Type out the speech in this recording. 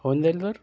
होऊन जाईल सर